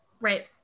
right